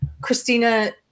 Christina